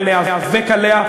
וניאבק עליה.